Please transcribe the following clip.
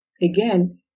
again